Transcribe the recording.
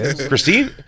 Christine